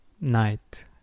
night